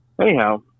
Anyhow